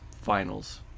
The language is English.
finals